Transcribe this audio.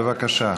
בבקשה.